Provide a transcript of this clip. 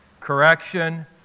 correction